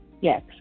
Yes